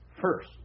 first